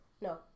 No